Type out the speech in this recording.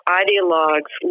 ideologues